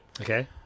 Okay